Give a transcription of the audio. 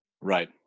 Right